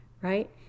right